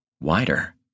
wider